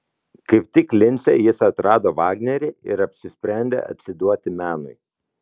kaip tik lince jis atrado vagnerį ir apsisprendė atsiduoti menui